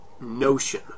notion